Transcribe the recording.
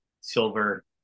silver